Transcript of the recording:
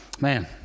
man